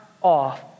off